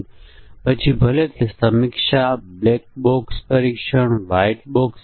ખાસ કરીને user interface અને નિયંત્રક એપ્લિકેશન્સમાં બુલિયન વેરીએબલો છે